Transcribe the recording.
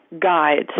guides